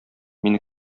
мине